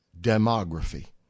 demography